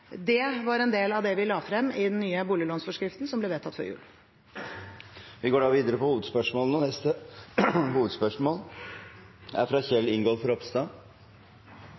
Det var en del av det vi la frem i den nye boliglånsforskriften som ble vedtatt før jul. Vi går videre til neste hovedspørsmål. Mitt spørsmål går til arbeids- og